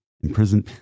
imprisoned